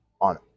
on